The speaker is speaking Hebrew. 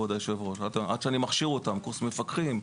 עד שאני מכשיר אותם בקורס מפקחים,